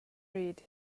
read